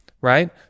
right